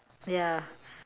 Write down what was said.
ya